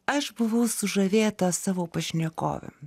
aš buvau sužavėta savo pašnekovėm